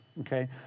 okay